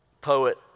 poet